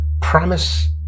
Promise